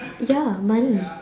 ya money